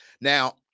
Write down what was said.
Now